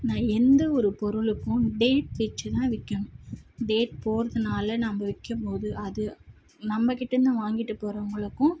நான் எந்த ஒரு பொருளுக்கும் டேட் வெச்சுதான் விற்கணும் டேட் போடுறதுனால நம்ம விற்கம்போது அது நம்ம கிட்டேயிருந்து வாங்கிகிட்டு போகிறவங்களுக்கும்